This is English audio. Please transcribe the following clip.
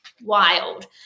wild